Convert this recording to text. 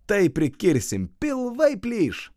taip prikirsim pilvai plyš